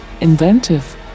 inventive